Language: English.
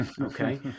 okay